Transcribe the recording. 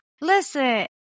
Listen